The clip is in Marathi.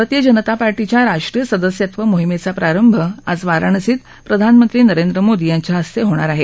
भारतीय जनता पार्टीच्या राष्ट्रीय सदस्यत्व मोहिमेचा प्रारंभ आज वाराणसीत प्रधानमंत्री नरेंद्र मोदी यांच्या हस्ते होणार आहे